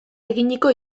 eginiko